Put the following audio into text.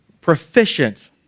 proficient